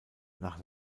nach